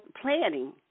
planning